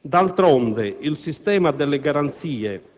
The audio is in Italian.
D'altronde, il sistema delle garanzie